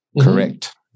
Correct